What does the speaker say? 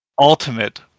Ultimate